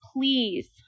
Please